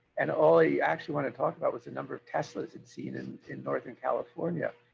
and all he actually wanted to talk about was the number of teslas he'd seen in in northern california.